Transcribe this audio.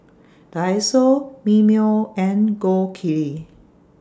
Daiso Mimeo and Gold Kili